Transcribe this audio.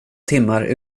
timmar